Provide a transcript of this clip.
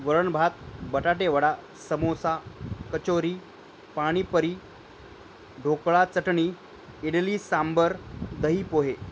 वरण भात बटाटे वडा समोसा कचोरी पाणीपुरी ढोकळा चटणी इडली सांबर दही पोहे